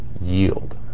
yield